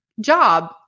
job